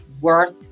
worth